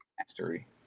mastery